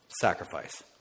sacrifice